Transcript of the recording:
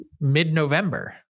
mid-November